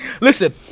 Listen